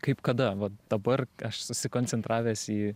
kaip kada va dabar aš susikoncentravęs į